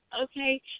okay